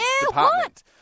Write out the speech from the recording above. department